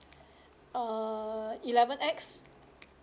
err eleven X